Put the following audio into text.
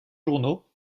journaux